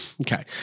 okay